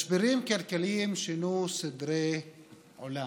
משברים כלכליים שינו סדרי עולם.